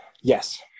Yes